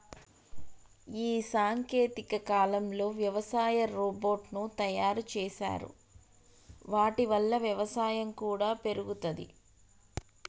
ఈ సాంకేతిక కాలంలో వ్యవసాయ రోబోట్ ను తయారు చేశారు వాటి వల్ల వ్యవసాయం కూడా పెరుగుతది